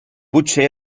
potser